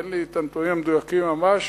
אין לי הנתונים המדויקים ממש.